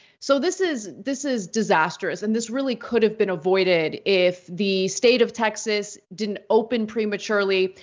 so this is this is disastrous and this really could have been avoided if the state of texas didn't open prematurely.